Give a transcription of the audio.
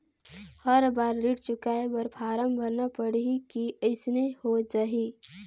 हर बार ऋण चुकाय बर फारम भरना पड़ही की अइसने हो जहीं?